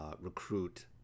recruit